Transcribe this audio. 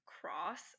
cross